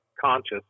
conscious